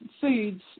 foods